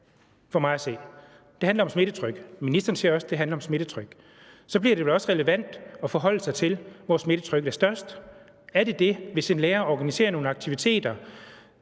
for mig at se om smittetryk. Ministeren siger også, at det handler om smittetryk, og så bliver det vel også relevant at forholde sig til, hvor smittetrykket er størst. Er det det, hvis en lærer organiserer nogle aktiviteter,